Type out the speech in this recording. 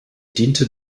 dienten